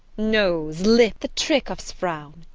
nose, lip, the trick of his frown,